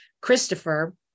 Christopher